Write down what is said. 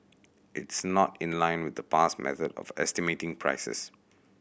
it's not in line with the past method of estimating prices